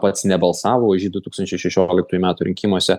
pats nebalsavo už jį du tūkstančiai šešioliktųjų metų rinkimuose